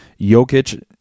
Jokic